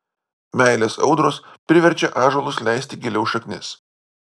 meilės audros priverčia ąžuolus leisti giliau šaknis